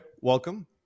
welcome